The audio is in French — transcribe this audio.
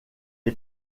est